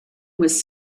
was